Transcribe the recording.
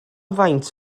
faint